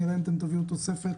נראה אם תביאו תוספת